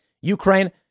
Ukraine